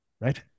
Right